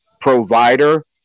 provider